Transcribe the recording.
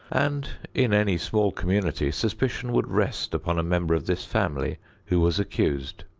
and in any small community suspicion would rest upon a member of this family who was accused.